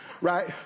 Right